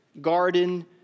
Garden